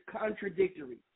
contradictory